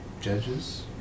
Judges